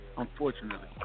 Unfortunately